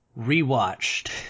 rewatched